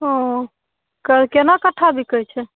ओ कर केना कट्ठा बिकैत छै